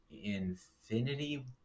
Infinity